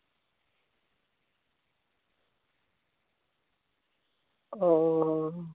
ᱚ